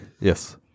yes